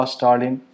Stalin